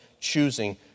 choosing